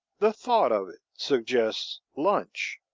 the thought of it suggests lunch.